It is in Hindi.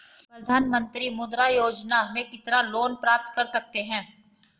प्रधानमंत्री मुद्रा योजना में कितना लोंन प्राप्त कर सकते हैं?